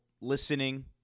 listening